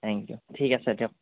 thank you ঠিক আছে দিয়ক